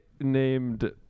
named